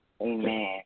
Amen